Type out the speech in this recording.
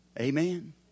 Amen